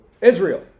Israel